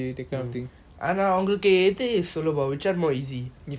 on அவங்களுக்கு எனது சுலபம்:aan avangaluku yeathu sulabam but which one more easy